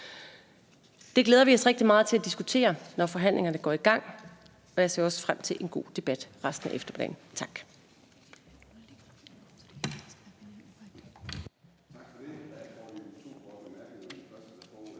Det glæder vi os rigtig meget til at diskutere, når forhandlingerne går i gang, og jeg ser også se frem til en god debat resten af eftermiddagen. Tak.